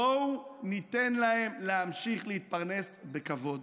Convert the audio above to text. בואו ניתן להם להמשיך להתפרנס בכבוד.